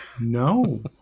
No